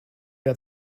der